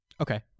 okay